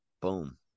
Boom